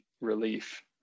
relief